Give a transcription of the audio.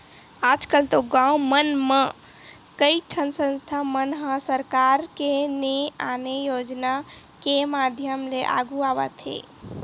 आजकल तो गाँव मन म कइठन संस्था मन ह सरकार के ने आने योजना के माधियम ले आघु आवत हे